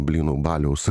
blynų baliaus